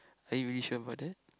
are you really sure about that